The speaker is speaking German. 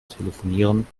telefonieren